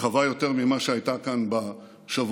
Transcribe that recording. רחבה יותר ממה שהייתה כאן בשבועות